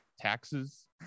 Taxes